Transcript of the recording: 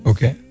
Okay